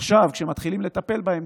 ועכשיו מתחילים לטפל בהן.